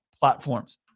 platforms